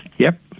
yep.